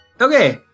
Okay